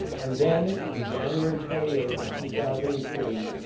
and then, in january twenty eighth of two thousand and three,